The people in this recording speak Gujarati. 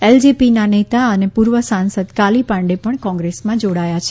એલજેપીના નેતા અને પૂર્વ સાંસદ કાલી પાંડે પણ કોંગ્રેસમાં જોડાયા હતા